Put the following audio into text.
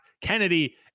Kennedy